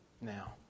Now